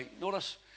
notice